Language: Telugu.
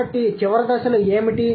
కాబట్టి చివరి దశలు ఏమిటి